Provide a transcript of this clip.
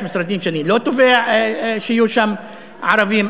יש משרדים שאני לא תובע שיהיו שם ערבים.